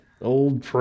Old